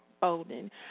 Bolden